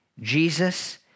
Jesus